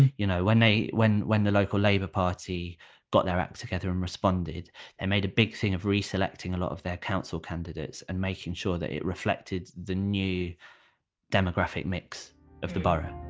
you know when they when when the local labor party got their act together and responded they made a big thing of re-selecting a lot of their council candidates and making sure that it reflected the new demographic mix of the borough